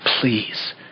please